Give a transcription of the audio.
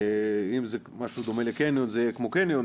אם זה משהו דומה לקניון זה יהיה כמו קניון.